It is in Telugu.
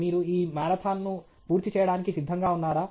మీరు ఈ మారథాన్ను పూర్తిచేయడానికి సిద్ధంగా ఉన్నారా